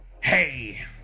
Hey